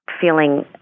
feeling